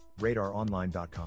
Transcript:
RadarOnline.com